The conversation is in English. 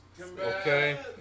Okay